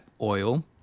oil